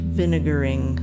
vinegaring